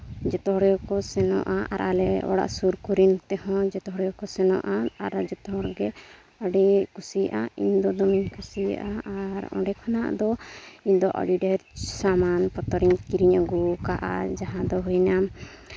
ᱡᱚᱛᱚ ᱦᱚᱲ ᱜᱮᱠᱚ ᱥᱮᱱᱚᱜᱼᱟ ᱟᱨ ᱟᱞᱮ ᱚᱲᱟᱜ ᱥᱩᱨ ᱠᱚᱨᱮᱱ ᱛᱮᱦᱚᱸ ᱡᱚᱛᱚ ᱦᱚᱲ ᱜᱮᱠᱚ ᱥᱮᱱᱚᱜᱼᱟ ᱟᱨ ᱡᱚᱛᱚ ᱦᱚᱲᱜᱮ ᱟᱹᱰᱤ ᱠᱩᱥᱤᱭᱟᱜᱼᱟ ᱤᱧᱫᱚ ᱫᱚᱢᱮᱧ ᱠᱩᱥᱤᱭᱟᱜᱼᱟ ᱟᱨ ᱚᱸᱰᱮ ᱠᱷᱚᱱᱟᱜ ᱫᱚ ᱤᱧᱫᱚ ᱟᱹᱰᱤ ᱰᱷᱮᱹᱨ ᱥᱟᱢᱟᱱ ᱯᱚᱛᱨᱚ ᱤᱧ ᱠᱤᱨᱤᱧ ᱟᱹᱜᱩ ᱠᱟᱜ ᱟᱨ ᱡᱟᱦᱟᱸ ᱫᱚ ᱦᱩᱭᱱᱟ